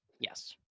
Yes